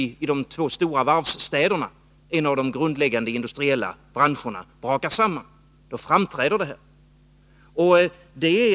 i de två stora varvsstäderna — en av de grundläggande industriella branscherna brakar samman. Då framträder detta.